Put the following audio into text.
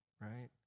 Right